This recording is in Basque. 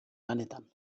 lanetan